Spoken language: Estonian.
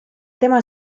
tema